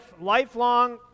lifelong